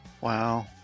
Wow